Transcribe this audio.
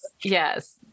yes